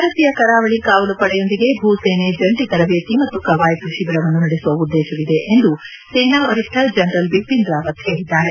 ಭಾರತೀಯ ಕರಾವಳಿ ಕಾವಲು ಪಡೆಯೊಂದಿಗೆ ಭೂಸೇನೆ ಜಂಟಿ ತರಬೇತಿ ಮತ್ತು ಕವಾಯತು ಶಿಬಿರವನ್ನು ನಡೆಸುವ ಉದ್ದೇಶವಿದೆ ಎಂದು ಸೇನಾ ವರಿಷ್ತ ಜನರಲ್ ಬಿಪಿನ್ ರಾವತ್ ಹೇಳಿದ್ದಾರೆ